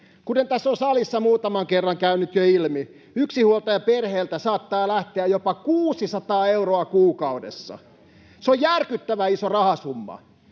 Kuten on tässä salissa muutaman kerran käynyt jo ilmi, yksinhuoltajaperheeltä saattaa lähteä jopa 600 euroa kuukaudessa. [Timo Harakka: